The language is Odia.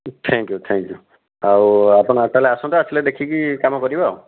ଥ୍ୟାଙ୍କ୍ ୟୁ ଥ୍ୟାଙ୍କ୍ ୟୁ ଆଉ ଆପଣ ତା' ହେଲେ ଆସନ୍ତୁ ଆସିଲେ ଦେଖିକି କାମ କରିବା